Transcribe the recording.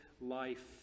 life